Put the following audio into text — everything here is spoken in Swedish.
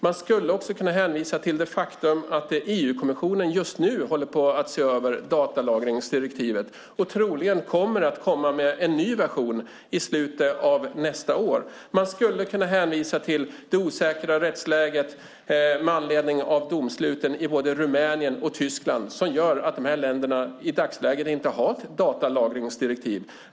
Man skulle också kunna hänvisa till det faktum att EU-kommissionen just nu håller på att se över datalagringsdirektivet och troligen kommer att komma med en ny version i slutet av nästa år. Man skulle kunna hänvisa till det osäkra rättsläget med anledning av de domslut i både Rumänien och Tyskland som gör att dessa länder i dagsläget inte har datalagringsdirektiv.